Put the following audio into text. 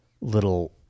little